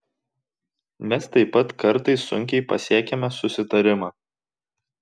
mes taip pat kartais sunkiai pasiekiame susitarimą